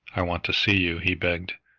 i want to see you, he begged,